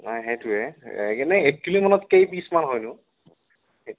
নাই সেইটোয়েই এনেই এক কিলোমানত কেই পিচ মান হয়নো